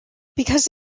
because